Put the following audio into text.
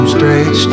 Straight